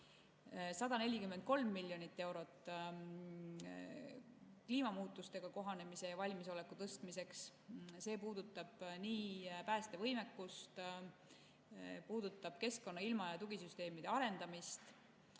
143 miljonit eurot on kliimamuutustega kohanemise ja nendeks valmisoleku tõstmiseks, see puudutab nii päästevõimekust kui ka keskkonna-, ilma- ja tugisüsteemide arendamist.